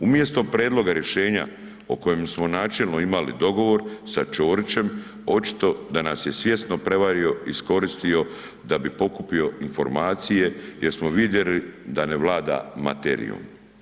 Umjesto prijedloga rješenja o kojem smo načelno imali dogovor sa Čorićem, očito da nas je svjesno prevario, iskoristio da bi pokupio informacije jer smo vidjeli da ne vlada materijom.